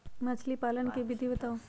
मछली पालन के विधि बताऊँ?